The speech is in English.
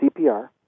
CPR